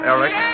Eric